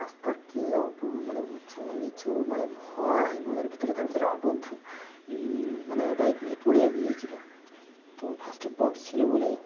রাস্তার কী অ মানে উঁচু নিচু মানে ভয় মনের ভিতরে তার ভিতরে আমার বন্ধু মানে বাইক নিয়ে পড়েও গিয়েছিল তো ফার্স্ট এড বক্স ছিল বলে